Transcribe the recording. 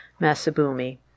Masabumi